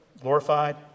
glorified